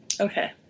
Okay